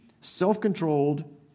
self-controlled